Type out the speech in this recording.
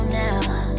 now